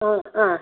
ஆ ஆ